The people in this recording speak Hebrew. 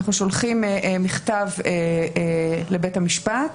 אנחנו שולחים מכתב לבית המשפט,